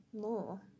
more